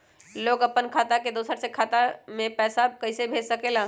लोग अपन खाता से दोसर के खाता में पैसा कइसे भेज सकेला?